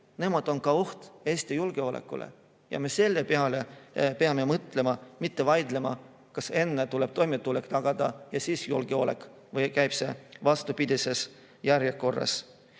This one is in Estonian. on oht Eesti julgeolekule. Me peame selle peale mõtlema, mitte vaidlema, kas enne tuleb toimetulek tagada ja siis julgeolek või käib see vastupidises järjekorras.